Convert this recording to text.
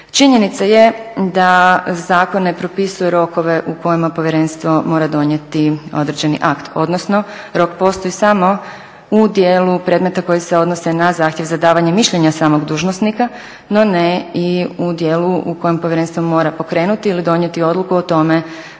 Činjenica je da zakon ne propisuje rokove u kojima povjerenstvo mora donijeti određeni akt, odnosno rok postoji samo u dijelu predmeta koji se odnose na zahtjev za davanje mišljenja samog dužnosnika, no ne i u dijelu u kojem povjerenstvo mora pokrenuti ili donijeti odluku o tome